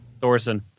Thorson